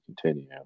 continue